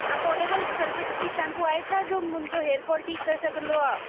affordable sulphate free shampoo आहे छा जो मुंहिंजो हेयर फ़ॉल ठीकु करे सकंदो आहे